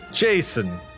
Jason